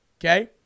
Okay